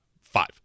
Five